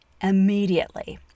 immediately